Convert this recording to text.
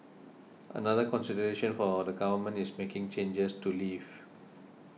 another consideration for the Government is making changes to leave